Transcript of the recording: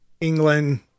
England